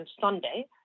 Sunday